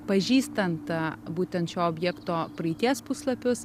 pažįstant būtent šio objekto praeities puslapius